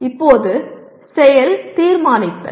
இப்போது செயல் "தீர்மானித்தல்"